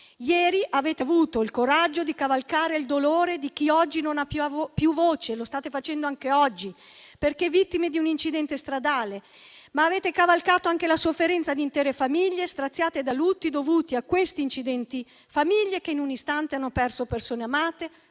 Ieri avete avuto il coraggio di cavalcare il dolore di chi oggi non ha più voce, perché vittima di un incidente stradale, e lo state facendo anche oggi. Avete cavalcato anche la sofferenza di intere famiglie straziate da lutti dovuti a questi incidenti, famiglie che in un istante hanno perso persone amate,